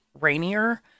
Rainier